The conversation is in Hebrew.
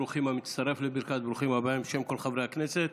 אני מצטרף לברכת ברוכים הבאים בשם כל חברי הכנסת.